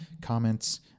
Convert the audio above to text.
comments